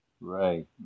Right